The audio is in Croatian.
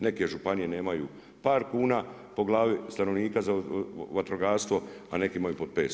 Neke županije nemaju par kuna po glavi stanovnika za vatrogastvo, a neki imaju po 500.